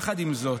חופשה,